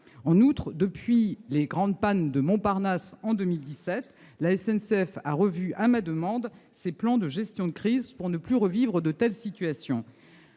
En outre, depuis les grandes pannes de la gare de Montparnasse en 2017, la SNCF a revu, à ma demande, ses plans de gestion de crise, pour ne plus revivre de telles situations.